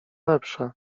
lepsze